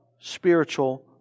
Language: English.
spiritual